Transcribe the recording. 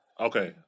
Okay